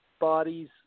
bodies